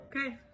Okay